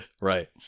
Right